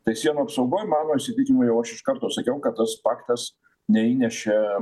tai sienų apsaugoj mano įsitikimu jau aš iš karto sakiau kad tas faktas neįnešė